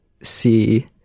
see